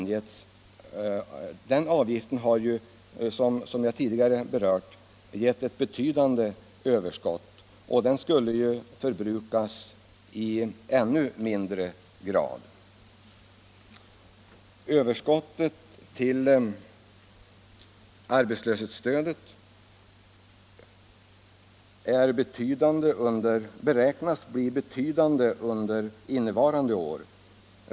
Den avgiften har ju, som jag tidigare berört, gett ett betydande överskott, och den skulle förbrukas i ännu mindre grad. Överskottet till arbetslöshetsstödet beräknas bli betydande under innevarande år.